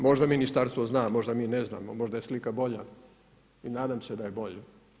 Možda ministarstvo zna, možda mi ne znamo, možda je slika bolja i nadam se da je bolja.